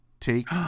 take